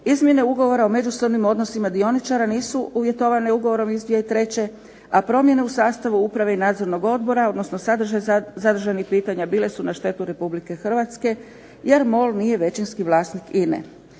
izmjene Ugovora o međusobnim odnosima dioničara nisu uvjetovane ugovorom iz 2003. a promjene u sastavu uprave i nadzornog odbora, odnosno sadržaj zadržanih pitanja bile su na štetu Republike Hrvatske jer MOL nije većinski vlasnik INA-e.